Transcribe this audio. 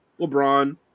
LeBron